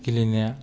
गेलेनाया